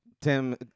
Tim